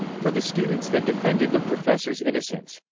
for the students that defended the professor's innocence,